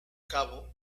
cabo